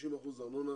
90 אחוזים הנחה בארנונה